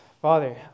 Father